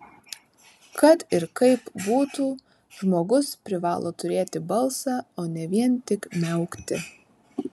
kad ir kaip būtų žmogus privalo turėti balsą o ne vien tik miaukti